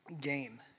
gain